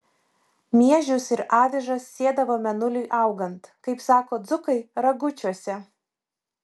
miežius ir avižas sėdavo mėnuliui augant kaip sako dzūkai ragučiuose